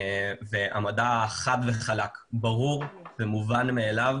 וברור ומובן מאליו